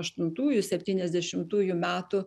aštuntųjų septyniasdešimtųjų metų